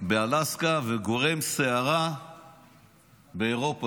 באלסקה וגורם סערה באירופה.